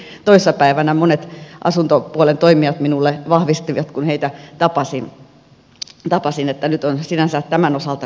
tämän viimeksi toissa päivänä monet asuntopuolen toimijat minulle vahvistivat kun heitä tapasin niin että nyt on sinänsä tämän osalta hyvä tilanne